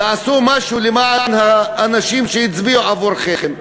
תעשו משהו למען האנשים שהצביעו עבורכם.